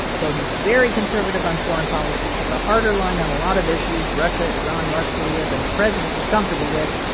although he's very conservative on foreign policy, took a harder line on a lot of issues russia, iran, north korea than the president was comfortable with.